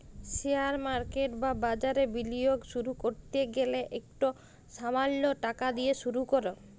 share market বা বাজারে বিলিয়গ শুরু ক্যরতে গ্যালে ইকট সামাল্য টাকা দিঁয়ে শুরু কর